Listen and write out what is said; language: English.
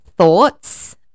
thoughts